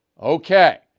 Okay